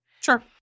sure